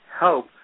help